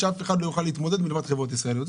שאף אחד לא יוכל להתמודד מלבד חברות ישראליות.